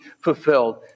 fulfilled